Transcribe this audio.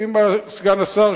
אם סגן השר,